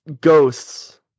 ghosts